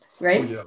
right